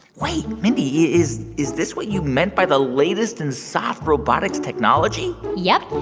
wait. mindy, is is this what you meant by the latest in soft robotics technology? yep.